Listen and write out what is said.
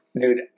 dude